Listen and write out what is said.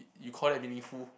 you call that meaningful